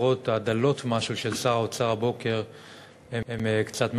ההצהרות הדלות-משהו של שר האוצר הבוקר הן כבר מאכזבות.